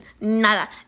nada